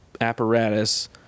apparatus